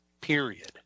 Period